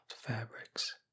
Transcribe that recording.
fabrics